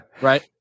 Right